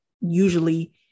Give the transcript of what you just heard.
usually